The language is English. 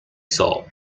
saw